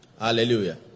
hallelujah